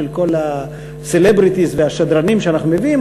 של כל הסלבריטיז והשדרנים שאנחנו מביאים,